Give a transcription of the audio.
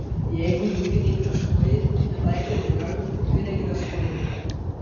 jeigu į ūkį neinvestuoji netaikai naujovių tai regresuoji